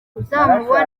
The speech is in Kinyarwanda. uzamubona